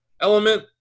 element